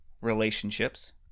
Relationships